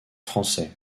français